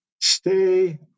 stay